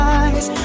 eyes